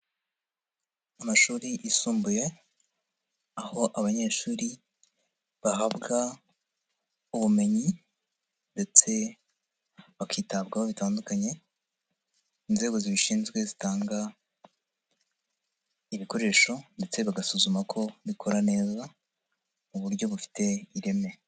Amashuri yisumbuye aho abanyeshuri bahabwa ubumenyi ndetse bakitabwaho bitandukanye, inzego zibishinzwe zitanga ibikoresho ndetse bagasuzuma ko bikora neza mu buryo bufite ireme.